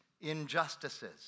injustices